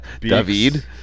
David